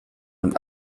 und